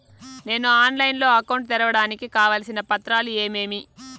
నేను ఆన్లైన్ లో అకౌంట్ తెరవడానికి కావాల్సిన పత్రాలు ఏమేమి?